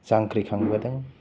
जांख्रिखांबोदों